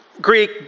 Greek